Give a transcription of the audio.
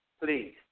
Please